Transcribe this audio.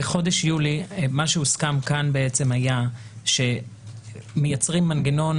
בחודש יולי מה שהוסכם כאן בעצם היה שמייצרים מנגנון